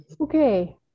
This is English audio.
Okay